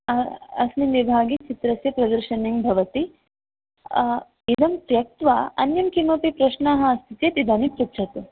अस्मिन् विभागे चित्रस्य प्रदर्शिनीं भवति इदं त्यक्त्वा अन्यत् किमपि प्रश्नः अस्ति चेत् इदानीं पृच्छतु